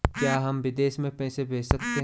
क्या हम विदेश में पैसे भेज सकते हैं?